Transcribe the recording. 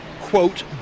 quote